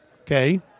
Okay